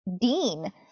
dean